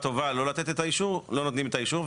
טובה לא לתת את האישור לא נותנים את האישור,